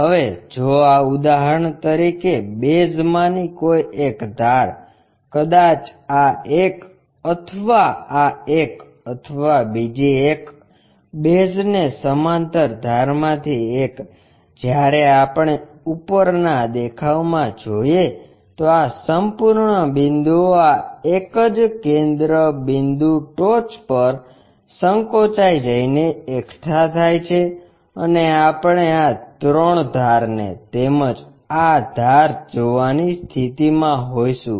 હવે જો ઉદાહરણ તરીકે બેઝમાંની કોઈ એક ધાર કદાચ આ એક અથવા આ એક અથવા બીજી એક બેઝને સમાંતર ધારમાંથી એક જ્યારે આપણે ઉપરના દેખાવમાં જોઇએ તો આ સંપૂર્ણ બિંદુઓ આ એક જ કેન્દ્ર બિંદુ ટોચ પર સંકોચાઈ જઈને એકઠા થાય છે અને આપણે આ ત્રણ ધારને તેમજ આ ધાર જોવાની સ્થિતિમાં હોઈશું